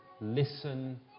listen